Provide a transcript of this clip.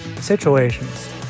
situations